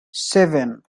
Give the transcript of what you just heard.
seven